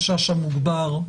צריך להבין את החשש המוגבר,